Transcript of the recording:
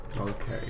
Okay